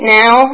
now